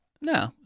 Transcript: No